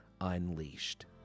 unleashed